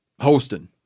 Hosting